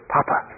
Papa